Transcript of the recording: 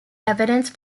evidence